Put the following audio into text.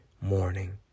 morning